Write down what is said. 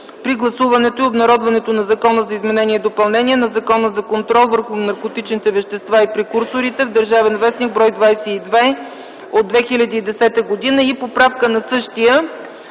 при гласуването и обнародването на Закона за изменение и допълнение на Закона за контрол върху наркотичните вещества и прекурсорите в „Държавен вестник”, бр. 22 от 2010 г. и поправка на същия